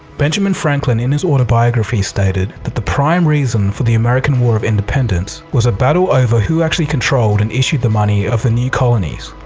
benjamin franklin, in his autobiography, stated that the prime reason for the american war of independence was a battle over who actually controlled and issued the money of the new colonies.